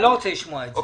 אני לא רוצה לשמוע את זה.